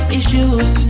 issues